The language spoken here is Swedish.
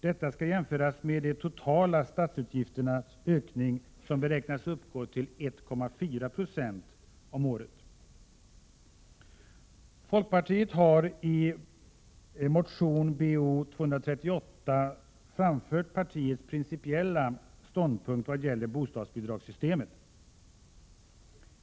Detta skall jämföras med de totala statsutgifternas ökning, som beräknas uppgå till 1,4 20 om året. Folkpartiet har i motion Bo238 framfört partiets principiella ståndpunkt vad gäller bostadsbidragssystemet.